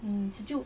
mm sejuk